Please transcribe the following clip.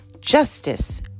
Justice